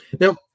Now